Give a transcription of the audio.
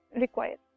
required